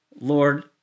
Lord